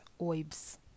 OIBS